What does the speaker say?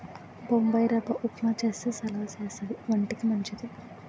బొంబాయిరవ్వ ఉప్మా చేస్తే సలవా చేస్తది వంటికి మంచిది